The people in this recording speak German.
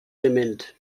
dement